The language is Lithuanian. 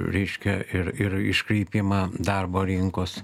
reiškia ir ir iškreipimą darbo rinkos